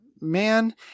Man